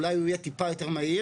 אולי הוא יהיה טיפה יותר מהיר.